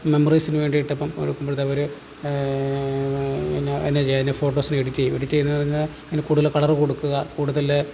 മെമ്മറീസിന് വേണ്ടിയിട്ടിപ്പം എടുക്കുമ്പോഴത്തേക്ക് അവർ എന്നാ എന്നാ ചെയ്യാനാ ഫോട്ടോസിന് എഡിറ്റ് ചെയ്യും എഡിറ്റ് ചെയ്യുന്നതെന്നു പറഞ്ഞാൽ അതിന് കൂടുതൽ കളറ് കൊടുക്കുക കൂടുതൽ